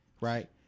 right